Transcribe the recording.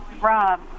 Rob